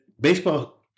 baseball